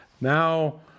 now